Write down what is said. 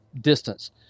distance